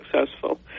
successful